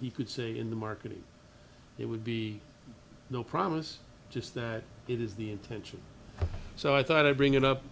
he could say in the marketing it would be no promise just that it is the intention so i thought i'd bring it up